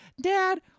dad